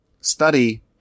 study